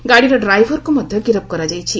ଗାଡ଼ିର ଡ୍ରାଇଭର୍କୁ ମଧ୍ୟ ଗିରଫ କରାଯାଇଛି